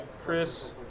Chris